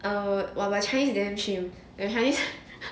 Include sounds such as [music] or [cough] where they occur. err !wah! my chinese is damn chim my chinese [laughs]